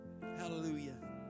hallelujah